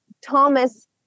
Thomas